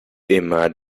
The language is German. immer